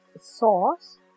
sauce